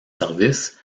services